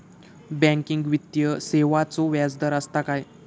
Banking वित्तीय सेवाचो व्याजदर असता काय?